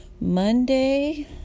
Monday